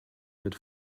wird